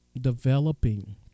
developing